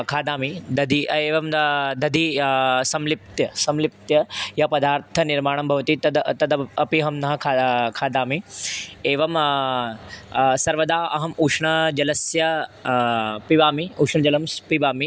खादामि दधिम् एवं दध्ना संलिप्तं संलिप्तं यत् पदार्थनिर्माणं भवति तद् तद् अपि अहं न खा खादामि एवं सर्वदा अहम् उष्णजलं पिबामि उष्णजलं पिबामि